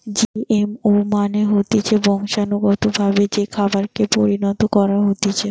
GMO মানে হতিছে বংশানুগতভাবে যে খাবারকে পরিণত করা হতিছে